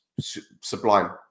sublime